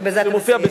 ובזה אתה מסיים.